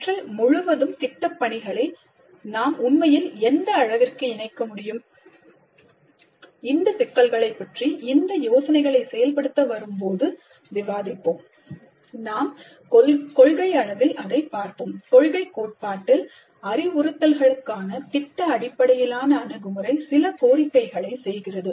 கற்றல் முழுவதும் திட்ட பணிகளை நாம் உண்மையில் எந்த அளவிற்கு இணைக்க முடியும் இந்த சிக்கல்களைப் பற்றி இந்த யோசனைகளை செயல்படுத்த வரும்போது விவாதிப்போம் நாம் கொள்கை அளவில் அதைப் பார்ப்போம் கொள்கை கோட்பாட்டில் அறிவுறுத்தல்களுக்கான திட்ட அடிப்படையிலான அணுகுமுறை சில கோரிக்கைகளை செய்கிறது